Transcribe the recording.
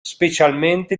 specialmente